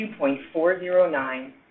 $2.409